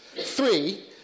Three